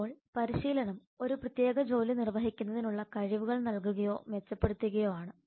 ഇപ്പോൾ പരിശീലനം ഒരു പ്രത്യേക ജോലി നിർവഹിക്കുന്നതിനുള്ള കഴിവുകൾ നൽകുകയോ മെച്ചപ്പെടുത്തുകയോ ആണ്